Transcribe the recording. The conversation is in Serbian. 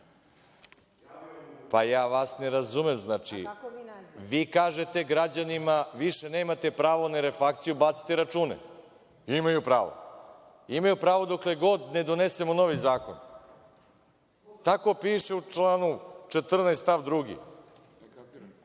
ja vas ne razumem. Vi kažete građanima – više nemate pravo na refakciju, bacite račune. Imaju pravo. Imaju pravo dokle god ne donesemo novi zakon. Tako piše u članu 14.